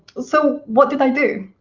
so, what did i do?